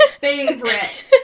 favorite